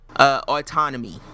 autonomy